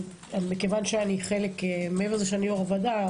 כי מעבר לזה שאני יו"ר הוועדה,